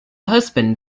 husband